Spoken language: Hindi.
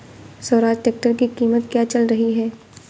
स्वराज ट्रैक्टर की कीमत क्या चल रही है?